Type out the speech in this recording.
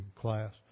class